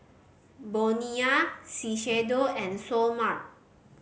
Bonia Shiseido and Seoul Mart